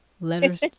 Letters